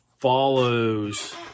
follows